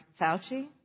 Fauci